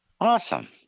Awesome